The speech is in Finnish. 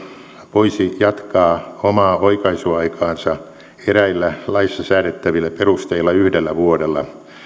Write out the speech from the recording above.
voisi jatkaa omaa oikaisuaikaansa eräillä laissa säädettävillä perusteilla yhdellä vuodella